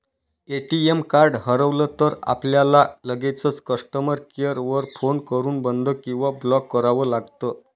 ATM card हरवलं तर, आपल्याला लगेचच कस्टमर केअर वर फोन करून बंद किंवा ब्लॉक करावं लागतं